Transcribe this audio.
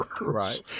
Right